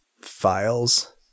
files